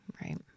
Right